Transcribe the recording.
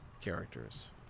characters